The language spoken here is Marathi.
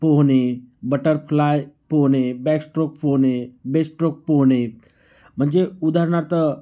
पोहणे बटरफ्लाय पोहणे बॅकश्ट्रोक पोहणे बेश्ट्रोक पोहणे म्हणजे उदाहरणार्थ